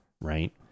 right